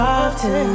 often